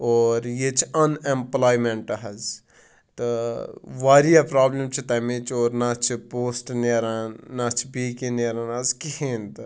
اور ییٚتہِ چھِ اَن اٮ۪مپٕلایمیٚنٛٹ حظ تہٕ واریاہ پرٛابلِم چھِ تَمِچ یور نا چھِ پوسٹ نیران نا چھِ بیٚیہِ کینٛہہ نیران اَز کِہینۍ تہِ